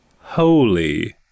holy